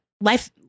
life